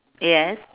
yes